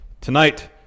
tonight